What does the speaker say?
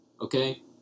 okay